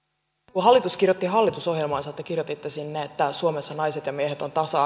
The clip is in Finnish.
hallitus kirjoitti hallitusohjelmaansa te kirjoititte sinne että suomessa naiset ja miehet ovat tasa